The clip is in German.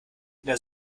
der